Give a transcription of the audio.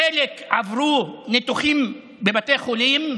חלק עברו ניתוחים בבתי חולים,